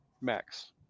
Max